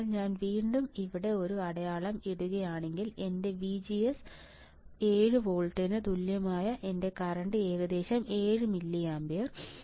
അതിനാൽ ഞാൻ വീണ്ടും ഇവിടെ ഒരു അടയാളം ഇടുകയാണെങ്കിൽ എന്റെ VGS 7 ബോൾട്ടിന് തുല്യമാണ് എന്റെ കറന്റ് ഏകദേശം 7 മില്ലിയാംപിയർ